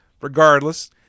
Regardless